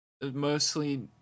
Mostly